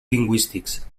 lingüístics